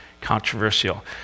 controversial